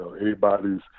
anybody's